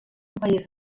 país